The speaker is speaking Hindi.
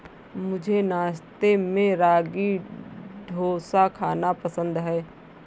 मुझे नाश्ते में रागी डोसा खाना पसंद है